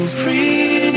free